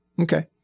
okay